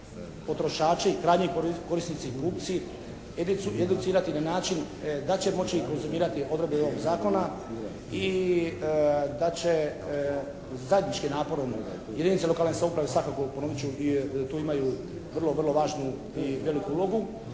potrošači i krajnji korisnici i kupci educirati na način da će moći konzumirati odredbe ovog zakona i da će zajedničkim naporom jedinica lokalne samouprave. Ponovit ću tu imaju vrlo, vrlo važnu i veliku ulogu